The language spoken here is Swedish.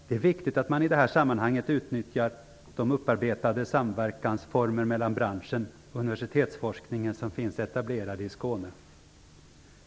Det är viktigt att man i detta sammanhang utnyttjar de upparbetade samverkansformer mellan branschen och universitetsforskningen som finns etablerade i Skåne.